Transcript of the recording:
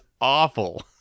awful